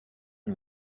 and